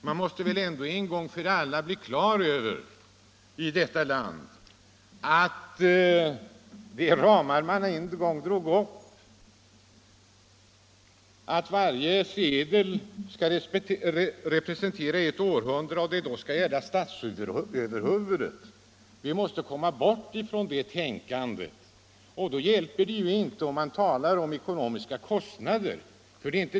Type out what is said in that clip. Man måste väl en gång för alla i det här landet komma bort ifrån tänkandet att varje sedel skall representera ett århundrade och att seklet skall representeras av ett statsöverhuvud. Det avgörande då är inte kostnaderna.